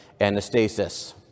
Anastasis